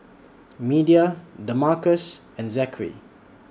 Media Damarcus and Zachery